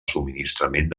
subministrament